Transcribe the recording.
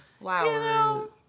flowers